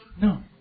No